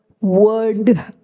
word